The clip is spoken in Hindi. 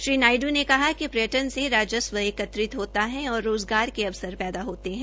श्री नायड् ने कहा िक पर्यटन से राजस्व एकत्रित होता है और रोज़गार के अवसर पैदा होते है